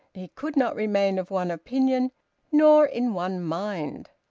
he could not remain of one opinion nor in one mind.